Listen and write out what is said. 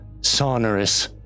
sonorous